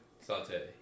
Saute